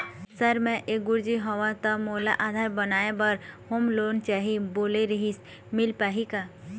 Sir मे एक गुरुजी हंव ता मोला आधार बनाए बर होम लोन चाही बोले रीहिस मील पाही का?